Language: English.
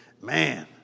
Man